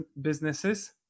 businesses